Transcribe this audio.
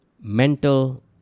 Mental